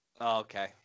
okay